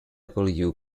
puller